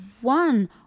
one